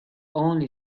only